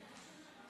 אין נמנעים.